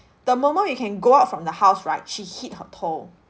the moment we can go out from the house right she hit her toe